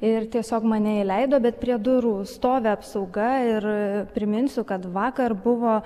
ir tiesiog mane įleido bet prie durų stovi apsauga ir priminsiu kad vakar buvo